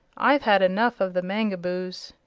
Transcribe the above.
i've had enough of the mangaboos.